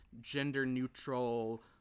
gender-neutral